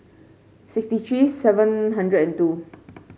sixty three seven hundred and two